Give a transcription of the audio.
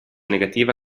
negativa